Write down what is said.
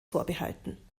vorbehalten